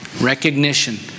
recognition